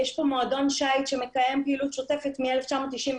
יש מועדון שיט שמקיים פעילות שוטפת מ-1993